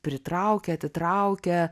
pritraukia atitraukia